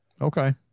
Okay